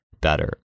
better